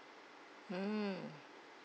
mm